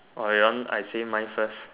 you want I say mine first